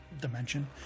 dimension